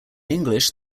english